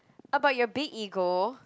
about your big ego